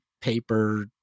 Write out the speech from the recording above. paper